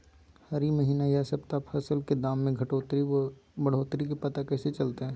हरी महीना यह सप्ताह फसल के दाम में घटोतरी बोया बढ़ोतरी के पता कैसे चलतय?